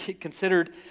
considered